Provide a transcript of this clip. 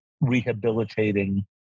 rehabilitating